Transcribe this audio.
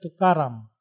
Tukaram